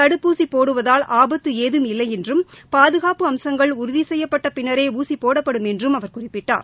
தடுப்பூசி போடுவதால் ஆபத்து ஏதும் இல்லை என்றும் பாதுகாப்பு அம்சங்கள் உறுதி செய்யப்பட்ட பின்னரே ஊசி போடப்படும் என்றும் அவர் குறிப்பிட்டார்